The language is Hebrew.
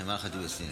אימאן ח'טיב יאסין.